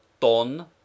ton